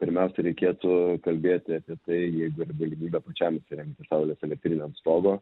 pirmiausia reikėtų kalbėti apie tai jeigu yra galimybė pačiam įsirengti saulės elektrinę ant stogo